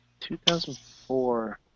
2004